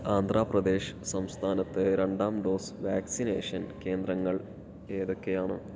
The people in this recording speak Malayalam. ആന്ധ്രാപ്രദേശ് സംസ്ഥാനത്ത് രണ്ടാം ഡോസ് വാക്സിനേഷൻ കേന്ദ്രങ്ങൾ ഏതൊക്കെയാണ്